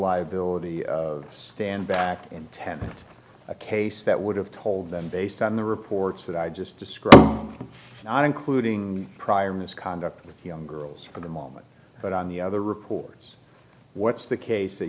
liability stand back in having a case that would have told them based on the reports that i just described i'm not including prior misconduct young girls for the moment but on the other reporters what's the case that